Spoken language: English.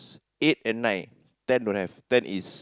eight and nine ten don't have ten is